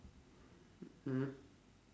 mm